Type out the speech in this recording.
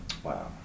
Wow